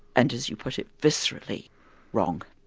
and as you put it, viscerally wrong.